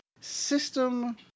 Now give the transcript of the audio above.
system